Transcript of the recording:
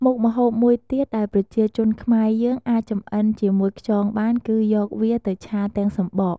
មុខម្ហូបមួយទៀតដែលប្រជាជនខ្មែរយើងអាចចម្អិនជាមួយខ្យងបាន គឺយកវាទៅឆាទាំងសំបក។